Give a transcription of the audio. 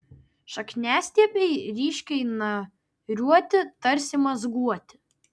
šakniastiebiai ryškiai nariuoti tarsi mazguoti